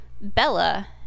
Bella